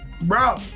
Bro